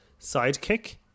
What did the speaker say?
sidekick